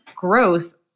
growth